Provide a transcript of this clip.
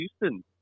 Houston